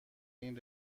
این